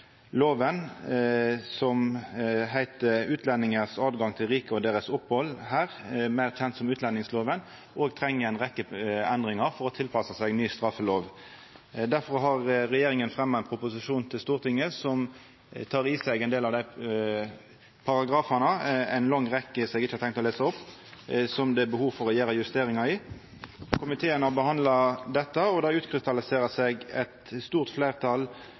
loven som heiter «Lov om utlendingers adgang til riket og deres opphold her», meir kjend som utlendingsloven, òg treng ei rekkje endringar for å tilpassa seg ny straffelov. Difor har regjeringa fremja ein proposisjon for Stortinget som tek opp i seg ein del av dei paragrafane – ei lang rekkje som eg ikkje har tenkt å lesa opp – som det er behov for å gjera justeringar i. Komiteen har behandla dette, og det utkrystalliserer seg eit stort fleirtal,